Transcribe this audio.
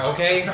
Okay